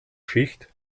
schicht